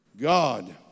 God